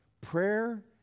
Prayer